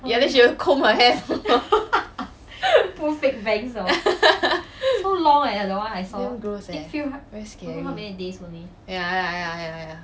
then she'll comb her hair damn gross leh